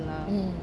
hmm